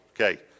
Okay